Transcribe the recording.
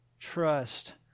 trust